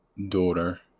Daughter